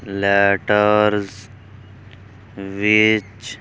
letters ਵਿੱਚ